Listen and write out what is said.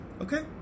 okay